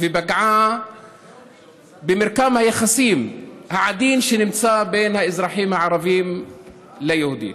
ופגעה במרקם היחסים העדין בין האזרחים הערבים ליהודים.